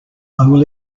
will